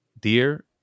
dear